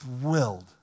thrilled